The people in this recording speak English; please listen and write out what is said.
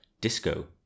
Disco